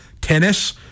tennis